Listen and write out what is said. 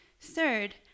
third